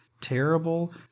terrible